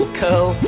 curl